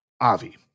Avi